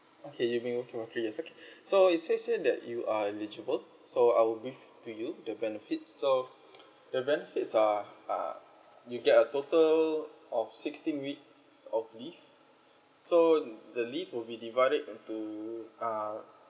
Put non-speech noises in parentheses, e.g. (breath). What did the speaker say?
okay you've been working for three years okay (breath) so it says here that you are eligible so I'll brief to you the benefits so the benefits are are you get a total of sixteen weeks of leave so the leave will be divided into uh